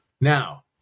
Now